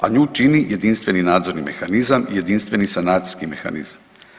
A nju čini jedinstveni nadzorni mehanizam i jedinstveni sanacijski mehanizam.